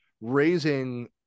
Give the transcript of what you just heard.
raising